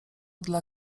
dla